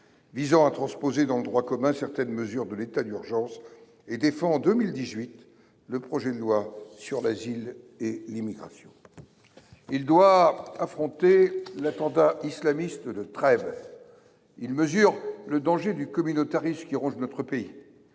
visant à transposer dans le droit commun certaines mesures de l’état d’urgence, et défend, en 2018, le projet de loi sur l’asile et l’immigration. Il doit affronter l’attentat islamiste de Trèbes et mesure le danger du communautarisme qui ronge notre pays.